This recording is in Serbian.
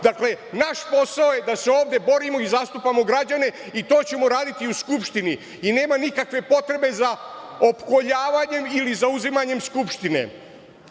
Dakle, naš posao je da se ovde borimo i zastupamo građane i to ćemo raditi u Skupštini i nema nikakve potrebe za opkoljavanjem ili zauzimanjem Skupštine. Predsednik